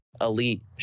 elite